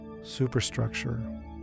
superstructure